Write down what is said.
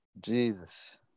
Jesus